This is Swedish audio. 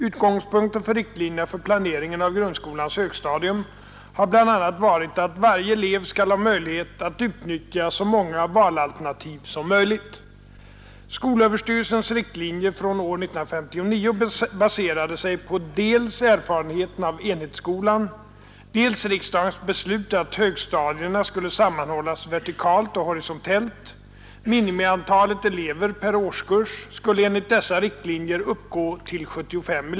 Utgångspunkten för riktlinjerna för planeringen av grundskolans högstadium har bl.a. varit att varje elev skall ha möjlighet att utnyttja så många valalternativ som möjligt. Skolöverstyrelsens riktlinjer från år 1959 baserade sig på dels erfarenheterna av enhetsskolan, dels riksdagens beslut att högstadierna skulle sammanhållas vertikalt och horisontellt. Minimiantalet elever per årskurs skulle enligt dessa riktlinjer uppgå till 75.